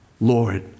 Lord